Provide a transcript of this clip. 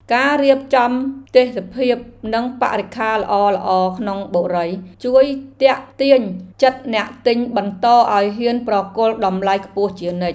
ការរៀបចំទេសភាពនិងបរិក្ខារល្អៗក្នុងបុរីជួយទាក់ទាញចិត្តអ្នកទិញបន្តឱ្យហ៊ានប្រគល់តម្លៃខ្ពស់ជានិច្ច។